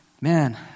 man